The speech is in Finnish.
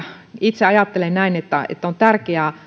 itse ajattelen että että on tärkeää